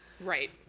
Right